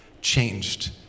changed